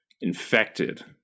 infected